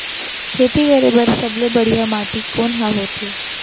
खेती करे बर सबले बढ़िया माटी कोन हा होथे?